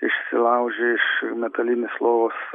išsilaužė iš metalinės lovos